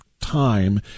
time